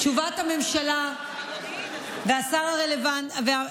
תשובת הממשלה והשר הרלוונטי,